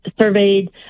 surveyed